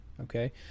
Okay